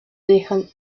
dejan